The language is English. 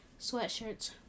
sweatshirts